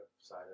side